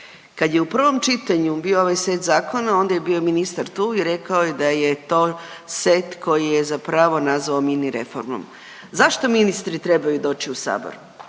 Kad je u prvom čitanju bio ovaj set zakona onda je bio ministar tu i rekao je da je to set koji je zapravo nazvao mini reformom. Zašto ministri trebaju doći u sabor?